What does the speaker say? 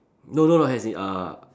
no no as in uh